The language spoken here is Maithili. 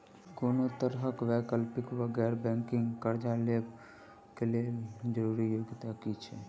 कोनो तरह कऽ वैकल्पिक वा गैर बैंकिंग कर्जा लेबऽ कऽ लेल जरूरी योग्यता की छई?